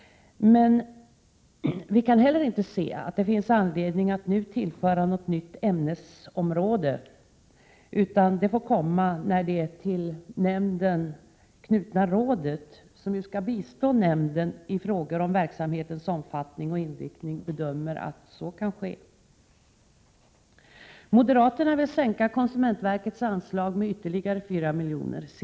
Men vi kan heller inte se att det finns 2 anledning att nu tillföra något nytt ämnesområde, utan det får komma när det till nämnden knutna rådet, som ju skall bistå nämnden i frågor om verksamhetens omfattning och inriktning, bedömer att så kan ske. Moderaterna vill sänka konsumentverkets anslag med ytterligare ca 4 miljoner.